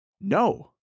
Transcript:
No